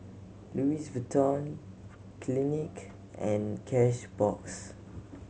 Louis Vuitton Clinique and Cashbox